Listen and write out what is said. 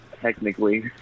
technically